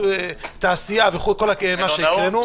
תעשייה כל מה שהקראנו.